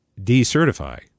decertify